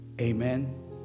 Amen